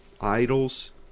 idols